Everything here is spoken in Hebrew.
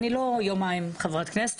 אני לא יומיים חברת כנסת,